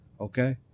Okay